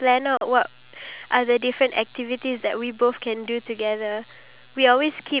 ya so I get the positivity and then I give you the idea and what you do is you multiply